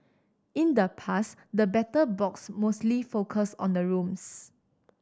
in the past the Battle Box mostly focused on the rooms